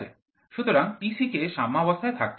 সুতরাং Tc কে সাম্যবস্থায় থাকতে হবে